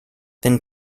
then